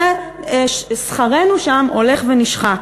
שכרנו שם הולך ונשחק.